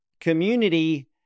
community